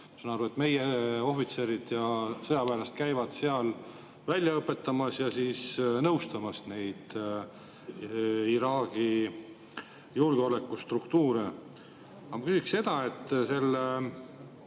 saan aru, et meie ohvitserid ja sõjaväelased käivad seal välja õpetamas ja nõustamas neid Iraagi julgeolekustruktuure. Aga ma küsiks seda. Selle